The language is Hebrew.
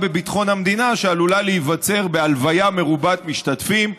בביטחון המדינה שעלולה להיווצר בהלוויה מרובת משתתפים.